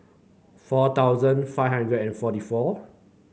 four thousand five hundred and forty four